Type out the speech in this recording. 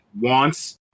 wants